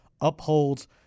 upholds